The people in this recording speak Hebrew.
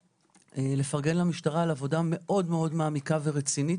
לפרגן למשטרה על עבודה מאוד מאוד מעמיקה ורצינית.